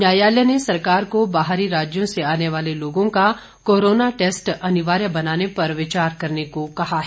न्यायालय ने सरकार को बाहरी राज्यों से आने वाले लोगों का कोरोना टैस्ट अनिवार्य बनाने पर विचार करने को कहा है